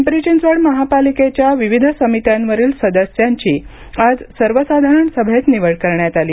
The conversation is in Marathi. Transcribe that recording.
पिंपरी चिंचवड महापालिकेच्या विविध समित्यांवरील सदस्यांची आज सर्वसाधारण सभेत निवड करण्यात आली